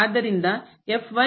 ಆದ್ದರಿಂದನಲ್ಲಿ ಮಿತಿ